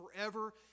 forever